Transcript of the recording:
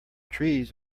trees